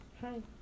Hi